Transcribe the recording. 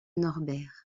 norbert